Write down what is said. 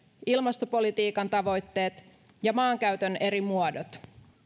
ilmastopolitiikan tavoitteet ja maankäytön eri muodot